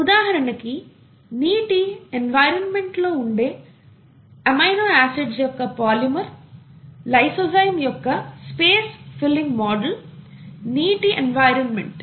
ఉదాహరణకి నీటి ఎన్విరాన్మెంట్ లో ఉండే ఎమినో ఆసిడ్స్ యొక్క పాలిమర్ లైసోజాయిం యొక్క స్పేస్ ఫిల్లింగ్ మోడల్ నీటి ఎన్విరాన్మెంట్